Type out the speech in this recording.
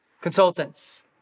consultants